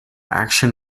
action